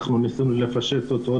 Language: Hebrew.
אנחנו ניסינו לפשט אותו,